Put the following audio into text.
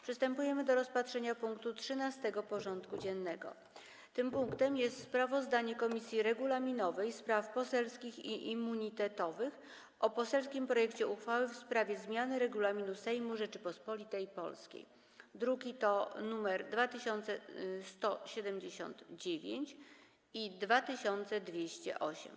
Przystępujemy do rozpatrzenia punktu 13. porządku dziennego: Sprawozdanie Komisji Regulaminowej, Spraw Poselskich i Immunitetowych o poselskim projekcie uchwały w sprawie zmiany Regulaminu Sejmu Rzeczypospolitej Polskiej (druki nr 2179 i 2208)